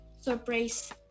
surprise